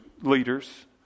leaders